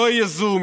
לא יהיה זום,